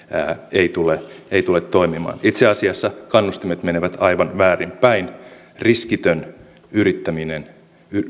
ei tule ei tule toimimaan itse asiassa kannustimet menevät aivan väärinpäin riskitön yrittäminen